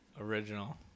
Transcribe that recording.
Original